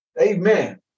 Amen